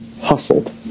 hustled